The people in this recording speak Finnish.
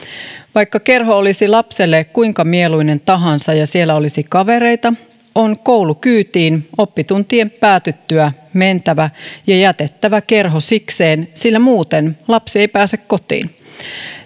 vaikka kerho olisi lapselle kuinka mieluinen tahansa ja siellä olisi kavereita on koulukyytiin oppituntien päätyttyä mentävä ja jätettävä kerho sikseen sillä muuten lapsi ei pääse kotiin